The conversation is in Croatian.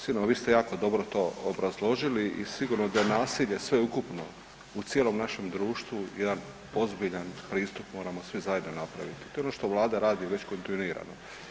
Sigurno vi ste jako dobro to obrazložili i sigurno da je nasilje sveukupno u cijelom našem društvu jedan ozbiljan pristup, moramo svi zajedno napraviti i to je ono što Vlada radi već kontinuirano.